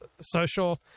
social